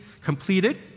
completed